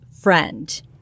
friend